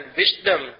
wisdom